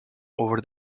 over